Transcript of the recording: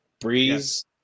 Breeze